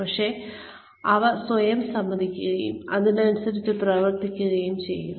പക്ഷേ അവ സ്വയം സമ്മതിക്കുകയും അതനുസരിച്ച് പ്രവർത്തിക്കുകയും ചെയ്യുക